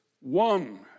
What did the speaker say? one